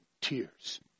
tears